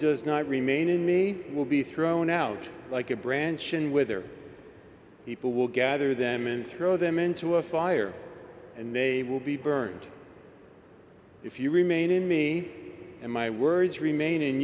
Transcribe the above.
does not remain in me will be thrown out like a branch and whither people will gather them and throw them into a fire and they will be burned if you remain in me and my words remain